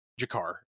jakar